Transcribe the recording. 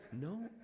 No